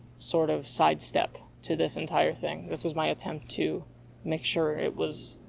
sort of side step to this entire thing. this was my attempt to make sure it was.